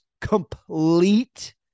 complete